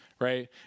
right